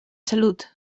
salut